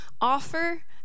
offer